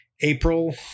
April